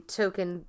token